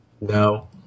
No